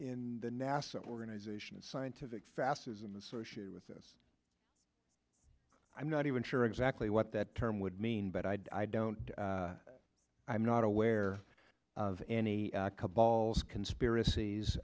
in the nasa organization of scientific fasces an associated with this i'm not even sure exactly what that term would mean but i don't i'm not aware of any balls conspiracies